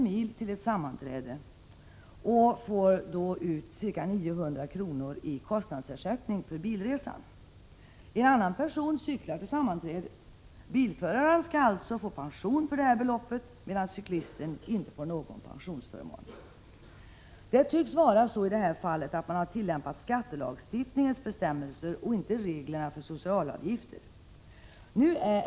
GIN till ett sammanträde och får därvid ut 900 kr. i kostnadsersättning för bilresan. En annan person cyklar till sammanträdet. Bilföraren skall alltså få pension för detta belopp medan cyklisten inte får någon pensionsförmån! Det tycks vara så i det här fallet att man har tillämpat skattelagstiftningens bestämmelser och inte reglerna för socialavgifter.